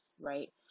right